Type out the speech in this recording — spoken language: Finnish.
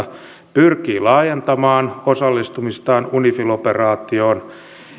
pyrkii laajentamaan osallistumistaan unifil operaatioon